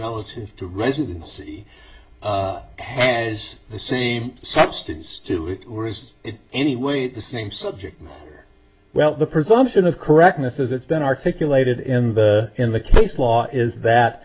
relative to residency has the same substance to it or is it any way the same subject well the presumption of correctness as it's been articulated in the in the case law is that